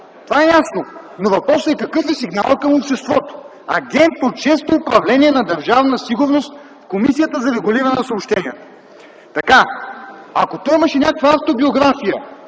Това е ясно! Въпросът е: какъв е сигнала към обществото? Агент от Шесто управление на Държавна сигурност в Комисията за регулиране на съобщенията?! Ако той имаше някаква автобиография,